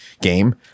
game